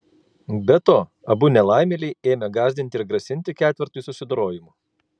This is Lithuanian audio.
be to abu nelaimėliai ėmę gąsdinti ir grasinti ketvertui susidorojimu